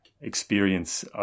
experience